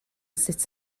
sut